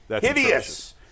hideous